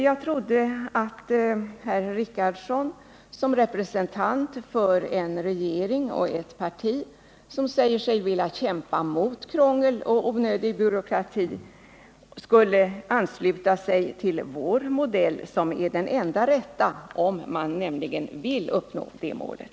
Jag trodde att herr Richardson som representant för en regering och ett parti som säger sig vilja kämpa mot krångel och onödig byråkrati skulle ansluta sig till vår modell, som är den enda rätta, om man nämligen vill uppnå det målet.